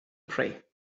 pray